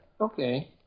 Okay